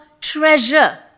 treasure